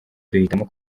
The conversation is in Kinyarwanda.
duhitamo